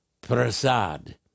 Prasad